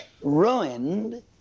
ruined